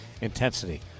intensity